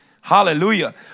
Hallelujah